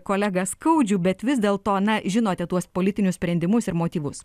kolegą skaudžių bet vis dėlto na žinote tuos politinius sprendimus ir motyvus